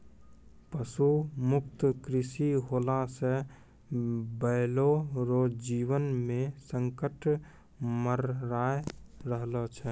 पशु मुक्त कृषि होला से बैलो रो जीवन मे संकट मड़राय रहलो छै